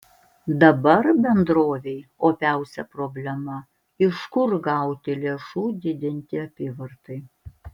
dabar bendrovei opiausia problema iš kur gauti lėšų didinti apyvartai